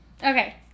Okay